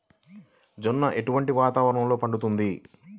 జొన్న ఎటువంటి వాతావరణంలో పండుతుంది?